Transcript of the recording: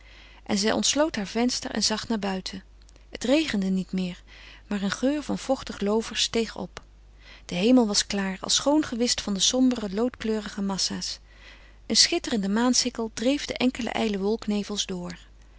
en zij ontsloot haar venster en zag naar buiten het regende niet meer maar een geur van vochtig loover steeg op de hemel was klaar als schoongewischt van de sombere loodkleurige massa's een schitterende maansikkel dreef de enkele ijle wolknevels door